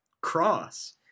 cross